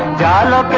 da da